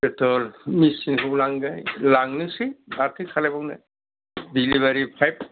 petrol मेसिनखौ लांनाय लांनोसै माथो खालायबावनो दिलिभारि पाइप